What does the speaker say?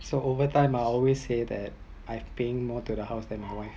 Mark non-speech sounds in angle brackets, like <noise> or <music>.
so overtime I always say that I’ve paying more to the house to my wife <laughs>